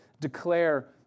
declare